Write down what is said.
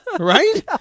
Right